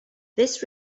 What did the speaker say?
this